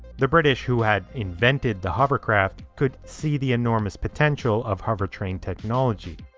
the british, who had invented the hovercraft, could see the enormous potential of hovertrain technology.